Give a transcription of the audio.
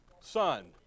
son